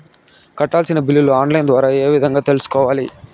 కట్టాల్సిన బిల్లులు online ద్వారా ఏ విధంగా తెలుసుకోవాలి?